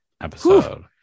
Episode